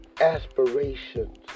aspirations